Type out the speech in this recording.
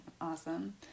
awesome